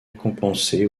récompensé